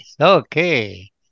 Okay